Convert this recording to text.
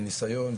בניסיון,